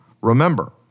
remember